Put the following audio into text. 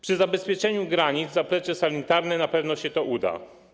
Przy zabezpieczeniu granic w zaplecze sanitarne na pewno to się uda.